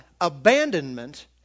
abandonment